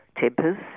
tempers